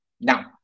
Now